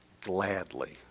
gladly